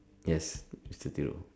yes mister Thiru